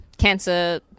cancer